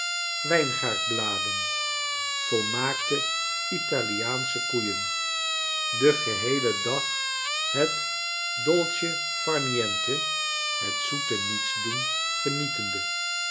aandewijngaardbladen volmaakte italiaansche koeien den geheel en dag het dolce far niente het zoete nietsdoen genietende